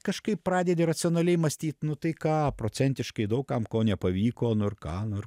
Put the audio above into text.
kažkaip pradedi racionaliai mąstyt nu tai ką procentiškai daug kam ko nepavyko nu ir ką nu ir